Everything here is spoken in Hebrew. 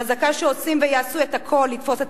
חזקה שעושים ויעשו את הכול לתפוס את